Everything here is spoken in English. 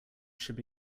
should